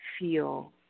feel